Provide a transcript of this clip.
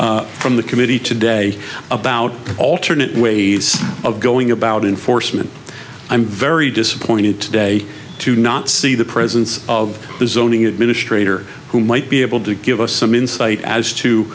from the committee today about alternate ways of going about enforcement i'm very disappointed today to not see the presence of the zoning administrator who might be able to give us some insight as to